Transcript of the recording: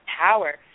power